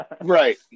Right